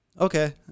okay